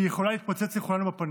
והיא יכולה להתפוצץ לכולנו בפנים.